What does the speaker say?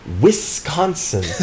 Wisconsin